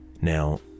Now